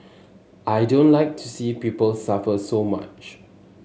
I don't like to see people suffer so much